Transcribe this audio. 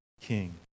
king